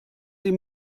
sie